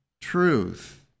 truth